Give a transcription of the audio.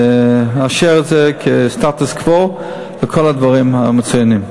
לאשר את זה כסטטוס-קוו בכל הדברים המצוינים.